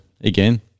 again